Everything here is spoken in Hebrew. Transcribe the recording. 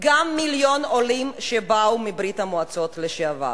גם מיליון עולים שבאו מברית-המועצות לשעבר,